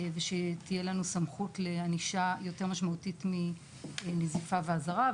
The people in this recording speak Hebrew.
ושתהיה לנו סמכות של ענישה יותר משמעותית מנזיפה ואזהרה.